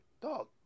dog